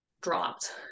dropped